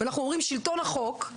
ואנחנו אומרים שלטון החוק,